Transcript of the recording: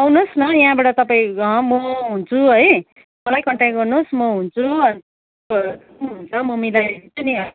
आउनुहोस् न यहाँबाट तपाईँ अँ म हुन्छु है मलाई कन्ट्याक गर्नुहोस् म हुन्छु अन्त के हुन्छ म मिलाइदिन्छु नि